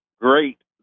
great